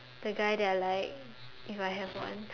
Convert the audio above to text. the guy that I like if I have one